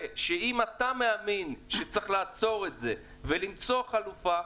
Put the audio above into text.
שאם אתה מאמין שצריך לעצור את זה ולמצוא חלופה,